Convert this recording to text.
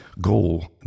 goal